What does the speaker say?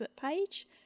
page